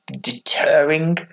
deterring